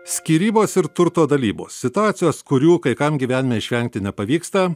skyrybos ir turto dalybos situacijos kurių kai kam gyvenime išvengti nepavyksta